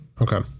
Okay